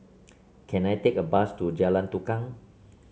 can I take a bus to Jalan Tukang